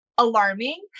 alarming